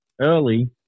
early –